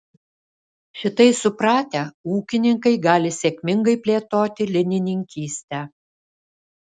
šitai supratę ūkininkai gali sėkmingai plėtoti linininkystę